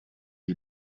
die